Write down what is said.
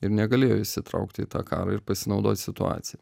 ir negalėjo įsitraukti į tą karą ir pasinaudot situacija